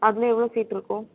அதில் எவ்வளோ சீட் இருக்கும்